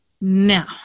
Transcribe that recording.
Now